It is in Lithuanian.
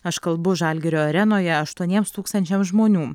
aš kalbu žalgirio arenoje aštuoniems tūkstančiams žmonių